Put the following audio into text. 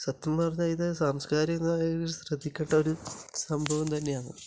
സത്യം പറഞ്ഞാൽ ഇത് സാംസ്കാരിക നായകർ ശ്രദ്ധിക്കേണ്ട ഒരു സംഭവം തന്നെയാണ്